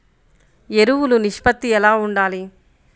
ఎరువులు నిష్పత్తి ఎలా ఉండాలి?